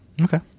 Okay